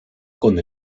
con